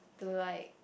to like